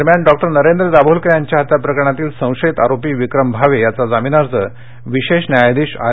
दरम्यान डॉक्टर नरेंद्र दाभोलकर यांच्या हत्या प्रकरणातील संशयित आरोपी विक्रम भावे याचा जामीन अर्ज विशेष न्यायाधीश आर